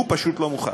הוא פשוט לא מוכן.